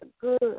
good